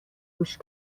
گوش